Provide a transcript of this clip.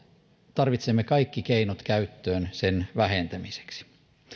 tarvitsemme kaikki keinot käyttöön sen vähentämiseksi